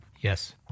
Yes